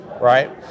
right